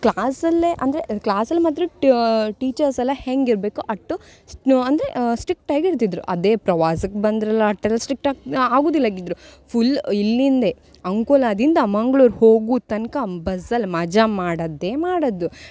ಕ್ಲಾಸಲ್ಲೇ ಅಂದರೆ ಕ್ಲಾಸಲ್ಲಿ ಮಾತ್ರ ಟೀಚರ್ಸ್ ಎಲ್ಲ ಹೇಗಿರ್ಬೇಕೊ ಅಷ್ಟು ಸ್ನೋ ಅಂದರೆ ಸ್ಟ್ರಿಕ್ಟಾಗಿ ಇರ್ತಿದ್ದರು ಅದೇ ಪ್ರವಾಸಕ್ಕೆ ಬಂದ್ರಲ್ಲ ಅಷ್ಟೆಲ್ಲ ಸ್ಟ್ರಿಕ್ಟಾಗಿ ಆಗುದಿಲ್ಲಾಗಿದ್ದರು ಫುಲ್ ಇಲ್ಲಿಂದ ಅಂಕೋಲಾದಿಂದ ಮಂಗ್ಳೂರು ಹೋಗುವ ತನಕ ಬಸ್ಸಳ್ಳಿ ಮಜಾ ಮಾಡಿದ್ದೇ ಮಾಡಿದ್ದು